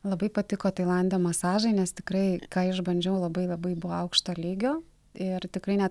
labai patiko tailande masažai nes tikrai ką išbandžiau labai labai buvo aukšto lygio ir tikrai ne